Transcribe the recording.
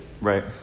Right